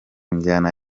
njyana